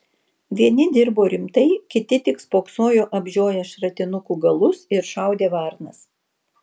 vieni dirbo rimtai kiti tik spoksojo apžioję šratinukų galus ir šaudė varnas